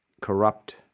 corrupt